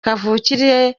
kavukire